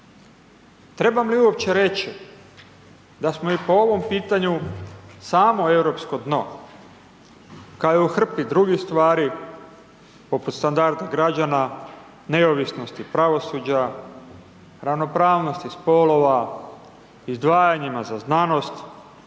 Trebam li uopće reći da smo i po ovom pitanju samo europsko dno, kao i u hrpi drugih stvari, poput standarda građana, neovisnosti pravosuđa, ravnopravnosti spolova, izdvajanjima za znanost,